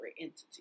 entity